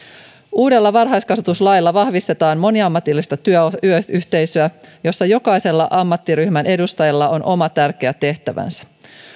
uudella varhaiskasvatuslailla vahvistetaan moniammatillista työyhteisöä jossa jokaisen ammattiryhmän edustajalla on oma tärkeä tehtävänsä